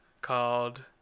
called